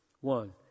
One